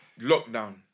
lockdown